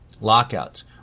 Lockouts